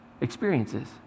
experiences